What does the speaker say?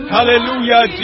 Hallelujah